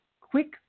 quick